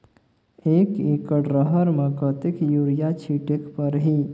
एक एकड रहर म कतेक युरिया छीटेक परही?